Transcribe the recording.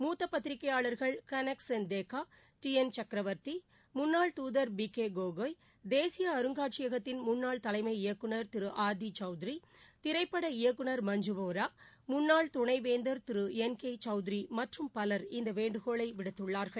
மூத்த பத்திரிகையாளர்கள் கனக்கெள் சேக்கா டி என் சக்ரவர்த்தி முன்னாள் தூதர் பி கே கோகோய் தேசிய அருங்காட்சியகத்தின் முன்னாள் தலைமை இயக்குநர் திரு ஆர் டி கௌத்ரி திரைப்பட இயக்குநர் மஞ்சு போரா முன்னாள் துணைவேந்தர் திரு என் கே சௌத்ரி மற்றும் பவர் இந்த வேண்டுகோளை விடுத்துள்ளார்கள்